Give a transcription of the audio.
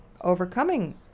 overcoming